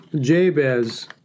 Jabez